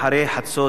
אחרי חצות,